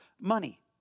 money